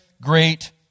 great